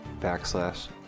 backslash